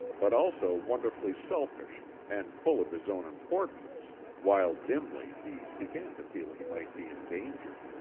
but also wonderfully selfish and full of his own impor tance while, dimly, he began to feel he might be in danger.